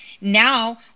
now